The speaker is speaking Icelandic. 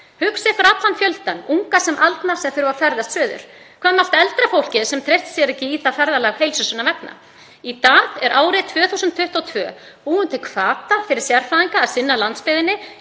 Hugsið ykkur allan fjöldann, unga sem aldna, sem þarf að ferðast suður. Hvað með allt eldra fólkið sem treystir sér ekki í það ferðalag heilsu sinnar vegna? Í dag er árið 2022. Búum til hvata fyrir sérfræðinga til að sinna landsbyggðinni,